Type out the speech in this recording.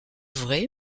vrai